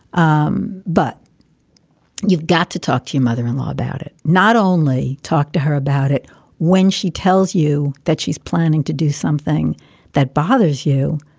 um but you've got to talk to your mother in law about it. not only talk to her about it when she tells you that she's planning to do something that bothers you,